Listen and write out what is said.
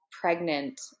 pregnant